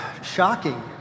shocking